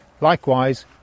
Likewise